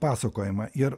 pasakojimą ir